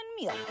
meal